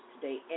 today